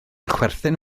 chwerthin